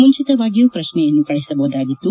ಮುಂಚಿತವಾಗಿಯೂ ಪ್ರಶ್ನೆಯನ್ನು ಕಳುಹಿಸಬಹುದಾಗಿದ್ದು